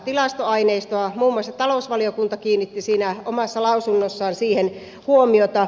muun muassa talousvaliokunta kiinnitti omassa lausunnossaan siihen huomiota